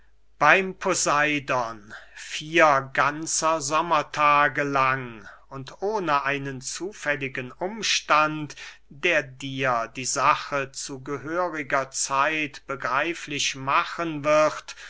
beym poseidon vier ganzer sommertage lang und ohne einen zufälligen umstand der dir die sache zu gehöriger zeit begreiflich machen wird